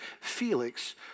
Felix